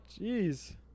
Jeez